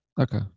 Okay